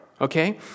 Okay